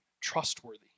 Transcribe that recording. trustworthy